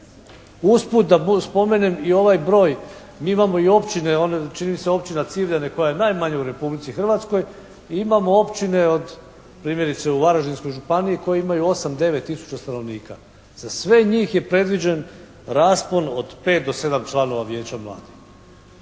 Usput da spomenem i ovaj broj, mi imamo općine, čini mi se općina …/Govornik se ne razumije./… koja je najmanja u Republici Hrvatskoj i imamo općine, primjerice u Varaždinskoj županiji, koje imaju osam, devet tisuća stanovnika. Za sve nji je predviđen raspon od pet do sedam članova vijeća mladih.